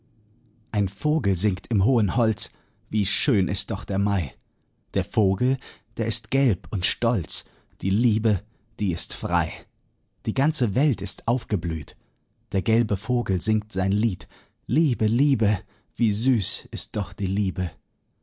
ein vogel singt im hohen holz wie schön ist doch der mai der vogel der ist gelb und stolz die liebe die ist frei die ganze welt ist aufgeblüht der gelbe vogel singt sein lied liebe liebe wie süß ist doch die liebe